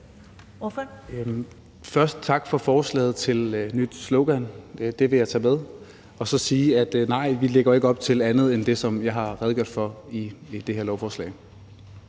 sige tak for forslaget til et nyt slogan. Det vil jeg tage med og så sige: Nej, vi lægger ikke op til andet end det, som jeg har redegjort for i forhold til det her lovforslag.